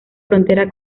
frontera